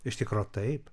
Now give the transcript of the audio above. iš tikro taip